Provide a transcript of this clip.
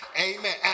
Amen